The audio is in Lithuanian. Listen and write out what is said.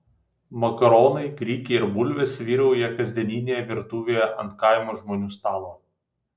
makaronai grikiai ir bulvės vyrauja kasdieninėje virtuvėje ant kaimo žmonių stalo